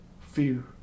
fear